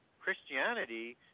Christianity